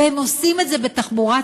והם עושים את זה בתחבורה ציבורית,